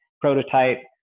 prototype